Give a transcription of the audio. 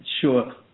Sure